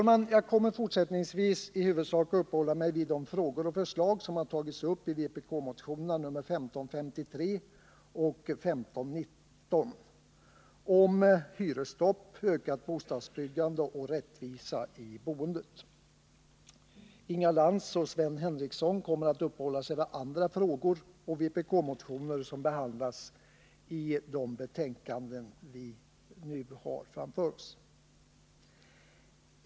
Jag kommer fortsättningsvis i huvudsak att uppehålla mig vid de frågor och förslag som tagits upp i vpk-motionerna 1553 och 1519 om hyresstopp. ökat bostadsbyggande och rättvisa i boendet. Inga Lantz och Sven Henricsson kommer att ta upp andra frågor och vpk-motioner som behandlas i föreliggande betänkanden.